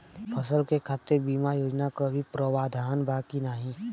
फसल के खातीर बिमा योजना क भी प्रवाधान बा की नाही?